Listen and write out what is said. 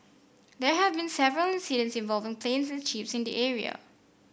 there have been several incidents involving planes and chips in the area